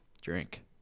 drink